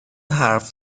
حرف